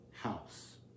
house